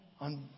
On